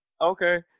okay